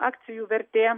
akcijų vertė